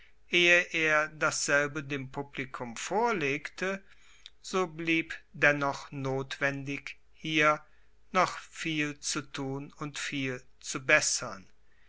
ehe er dasselbe dem publikum vorlegte so blieb dennoch notwendig hier noch viel zu tun und viel zu bessern